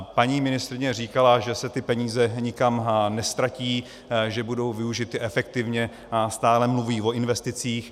Paní ministryně říkala, že se ty peníze nikam neztratí, že budou využity efektivně, stále mluví o investicích.